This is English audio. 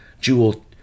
Jewel